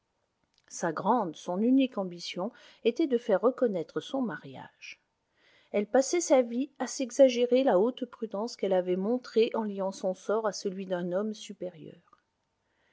sa grande son unique ambition était de faire reconnaître son mariage elle passait sa vie à s'exagérer la haute prudence qu'elle avait montrée en liant son sort à celui d'un homme supérieur